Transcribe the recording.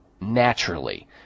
naturally